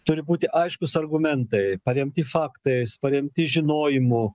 turi būti aiškūs argumentai paremti faktais paremti žinojimu